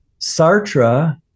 Sartre